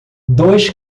dois